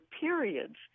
periods